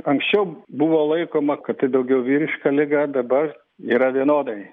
anksčiau buvo laikoma kad tai daugiau vyriška liga dabar yra vienodai